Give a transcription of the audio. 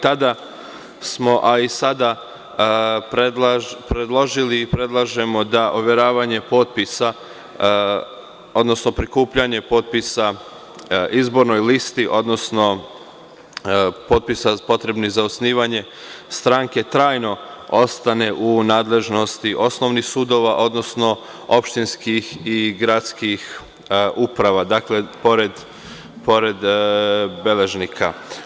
Tada smo, a i sada predlažemo da overavanje potpisa, odnosno prikupljanje potpisa izbornoj listi, odnosno potpisa potrebnih za osnivanje stranke trajno ostane u nadležnosti od osnovnih sudova, odnosno opštinskih i gradskih uprava, a pored beležnika.